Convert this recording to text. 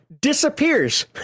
disappears